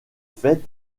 fêtes